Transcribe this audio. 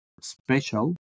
special